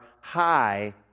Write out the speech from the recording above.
high